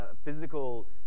physical